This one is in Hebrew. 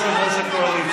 תודה, יושב-ראש הקואליציה.